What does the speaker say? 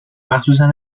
مخصوصن